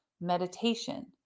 meditation